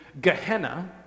Gehenna